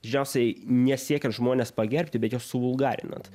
greičiausiai ne siekiant žmones pagerbti bet juo suvulgarinant